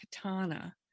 katana